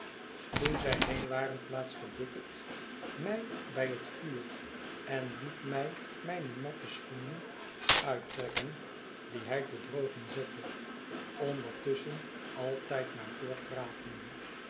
toen zij heen waren plaatste bucket mij bij het vuur en liet mij mijne natte schoenen uiti in het huis van snagsby trekken die hij te drogen zette ondertusschen altijd maar